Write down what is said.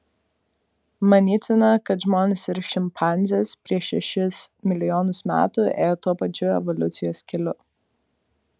manytina kad žmonės ir šimpanzės prieš šešis milijonus metų ėjo tuo pačiu evoliucijos keliu